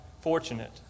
fortunate